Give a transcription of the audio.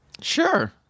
Sure